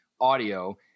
audio